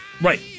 Right